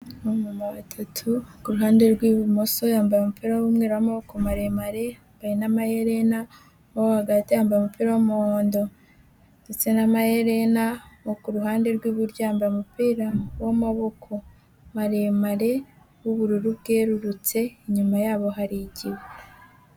Abamama batatu, uwo ku ruhande rw'ibumoso yambaye umupira w'umweru w'amaboko maremare yamabaye n'amaherena, uwo hagati yambaye umupira w'umuhondo ndetse n'amaherena, uwo ku ruhande rw'iburyo yambaye umupira w'amaboko maremare w'ubururu bwererutse, inyuma yabo hari igihu.